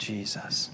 Jesus